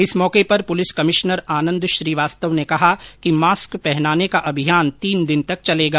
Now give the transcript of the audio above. इस मौके पर पुलिस कमिश्नर आनंद श्रीवास्तव ने कहा कि मास्क पहनाने का अभियान तीन दिन तक चलेगा